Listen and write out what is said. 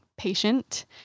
patient